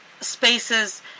spaces